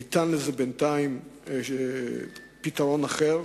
ניתן לזה בינתיים פתרון אחר,